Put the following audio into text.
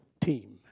team